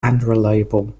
unreliable